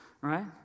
Right